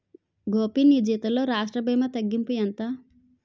గోపీ నీ జీతంలో రాష్ట్ర భీమా తగ్గింపు ఎంత